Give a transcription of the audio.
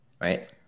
right